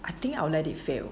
I think I will let it fail